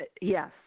Yes